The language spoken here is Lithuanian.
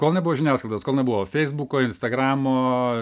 kol nebuvo žiniasklaidos kol nebuvo feisbuko instagramo